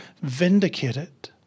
vindicated